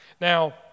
Now